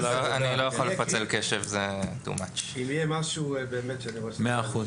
אם יהיה משהו, אסמס.